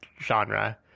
genre